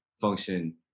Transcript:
function